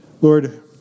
Lord